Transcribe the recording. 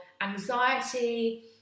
anxiety